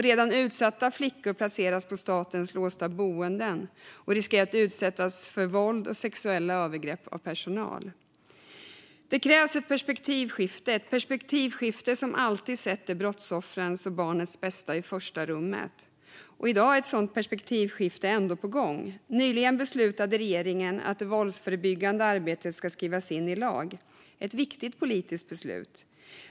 Redan utsatta flickor placeras på statens låsta boenden och riskerar att utsättas för våld och sexuella övergrepp av personal. Det krävs ett perspektivskifte så att man alltid sätter brottsoffrens och barnets bästa i första rummet. I dag är ett sådant perspektivskifte på gång. Nyligen beslutade regeringen att det våldsförebyggande arbetet ska skrivas in i lag. Det är ett viktigt politiskt beslut.